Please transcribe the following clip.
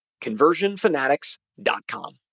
conversionfanatics.com